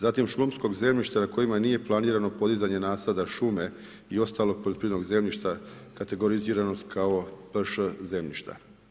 Zatim šumskog zemljišta na kojima nije planirano podizanje nasada šume i ostalog poljoprivrednog zemljišta kategoriziranost kao PŠ zemljišta.